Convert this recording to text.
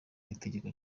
w’itegeko